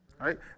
Right